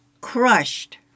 crushed